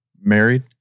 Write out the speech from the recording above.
Married